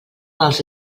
els